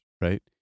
right